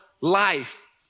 life